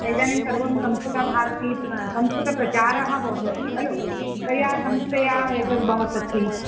इदानीं सर्वं संस्कृतभारती संस्कृतप्रचारः भवदस्ति खलु कया संस्थया एतद् भवदस्ति